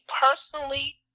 personally